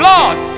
Lord